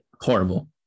Horrible